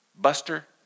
buster